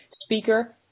speaker